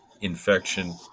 infection